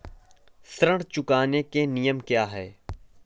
ऋण चुकाने के नियम क्या हैं?